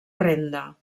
renda